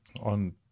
on